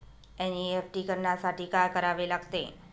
NEFT करण्यासाठी काय करावे लागते?